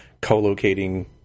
co-locating